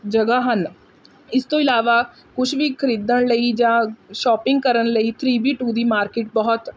ਜਗ੍ਹਾ ਹਨ ਇਸ ਤੋਂ ਇਲਾਵਾ ਕੁਝ ਵੀ ਖਰੀਦਣ ਲਈ ਜਾਂ ਸ਼ੋਪਿੰਗ ਕਰਨ ਲਈ ਥ੍ਰੀ ਬੀ ਟੂ ਦੀ ਮਾਰਕੀਟ ਬਹੁਤ